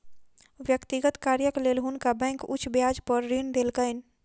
व्यक्तिगत कार्यक लेल हुनका बैंक उच्च ब्याज पर ऋण देलकैन